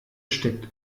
steckt